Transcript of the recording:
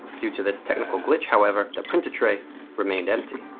due to this technical glitch, however, the printer tray remained empty.